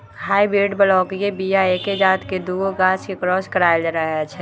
hybrid बलौकीय बीया एके जात के दुगो गाछ के क्रॉस कराएल रहै छै